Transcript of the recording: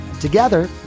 Together